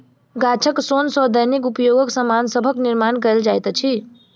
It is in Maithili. गाछक सोन सॅ दैनिक उपयोगक सामान सभक निर्माण कयल जाइत अछि